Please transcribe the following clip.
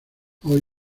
hoy